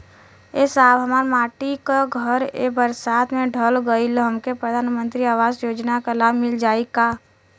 ए साहब हमार माटी क घर ए बरसात मे ढह गईल हमके प्रधानमंत्री आवास योजना क लाभ मिल जाई का?